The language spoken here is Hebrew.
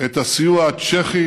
את הסיוע הצ'כי,